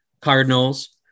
Cardinals